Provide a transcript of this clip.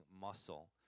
muscle